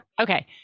Okay